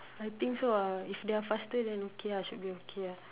I think so lah if they're faster than okay lah should be okay lah